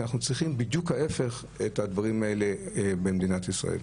שאנחנו צריכים בדיוק את ההפך במדינת ישראל.